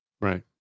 Right